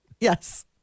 Yes